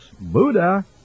Buddha